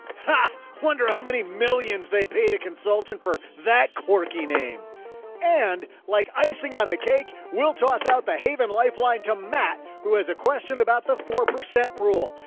but wonder how many millions they paid to consultant for that quirky name and like icing on the cake. we'll toss out the haven lifeline to matt who has a question about the four percent rule.